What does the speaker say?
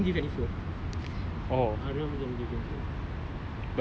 so I don't think so lah you know because they didn't give any food